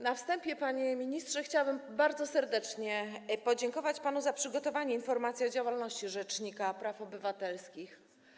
Na wstępie, panie ministrze, chciałabym bardzo serdecznie podziękować panu za przygotowanie informacji o działalności rzecznika praw obywatelskich.